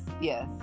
yes